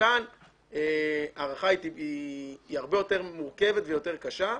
כאן ההערכה הרבה יותר מורכבת ויותר קשה.